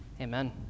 Amen